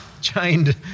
chained